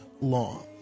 law